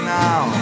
now